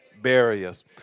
barriers